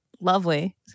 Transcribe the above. lovely